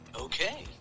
Okay